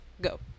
Go